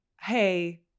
hey